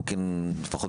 לפחות,